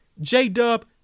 J-Dub